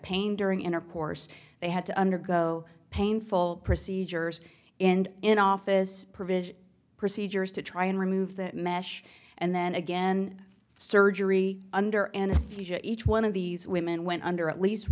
pain during intercourse they had to undergo painful procedures and in office provision procedures to try and remove that mesh and then again surgery under anesthesia each one of these women went under at least